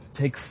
take